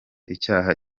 icyaha